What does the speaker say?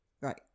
Right